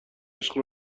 عشق